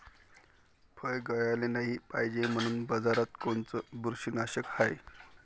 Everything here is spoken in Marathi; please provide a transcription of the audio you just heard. फळं गळाले नाही पायजे म्हनून बाजारात कोनचं बुरशीनाशक हाय?